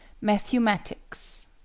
Mathematics